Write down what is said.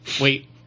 Wait